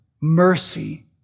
mercy